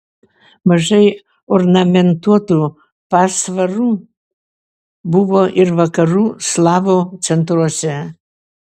mažai ornamentuotų pasvarų buvo ir vakarų slavų centruose